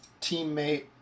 teammate